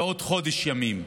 בעוד חודש ימים.